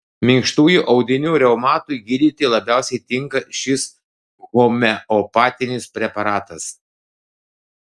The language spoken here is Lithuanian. minkštųjų audinių reumatui gydyti labiausiai tinka šis homeopatinis preparatas